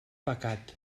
pecat